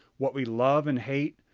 what we love and hate,